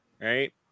right